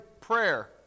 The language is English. prayer